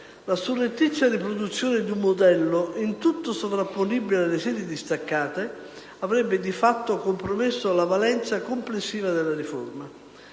la surrettizia riproduzione di un modello in tutto sovrapponibile alle sedi distaccate avrebbe, di fatto, compromesso la valenza complessiva della riforma.